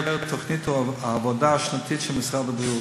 תוכנית העבודה השנתית של משרד הבריאות.